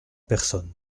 personne